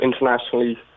internationally